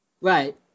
Right